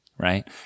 Right